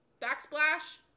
Backsplash